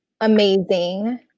amazing